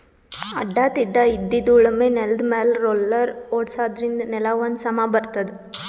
ಅಡ್ಡಾ ತಿಡ್ಡಾಇದ್ದಿದ್ ಉಳಮೆ ನೆಲ್ದಮ್ಯಾಲ್ ರೊಲ್ಲರ್ ಓಡ್ಸಾದ್ರಿನ್ದ ನೆಲಾ ಒಂದ್ ಸಮಾ ಬರ್ತದ್